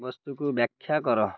ବସ୍ତୁକୁ ବ୍ୟାଖ୍ୟା କର